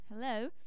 hello